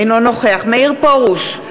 אינו נוכח מאיר פרוש,